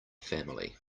family